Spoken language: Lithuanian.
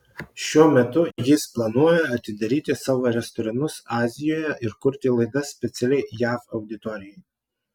šiuo metu jis planuoja atidaryti savo restoranus azijoje ir kurti laidas specialiai jav auditorijai